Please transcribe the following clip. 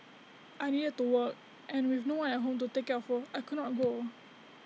I needed to work and with no one at home to take care of her I could not go